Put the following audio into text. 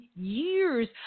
years